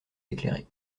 éclairé